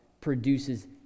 produces